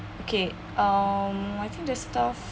okay um I think the staff